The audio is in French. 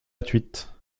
gratuite